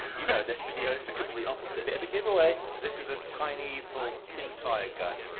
you know this video is the complete opposite. bit of a giveaway! this is a tiny little pinfire gun,